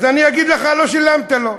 אז אני אגיד לך: לא שילמת לו.